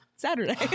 saturday